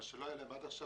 מה שלא היה לה עד עכשיו,